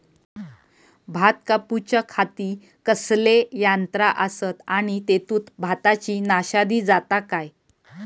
भात कापूच्या खाती कसले यांत्रा आसत आणि तेतुत भाताची नाशादी जाता काय?